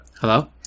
Hello